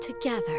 together